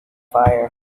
fire